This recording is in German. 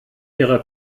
ihrer